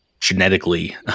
genetically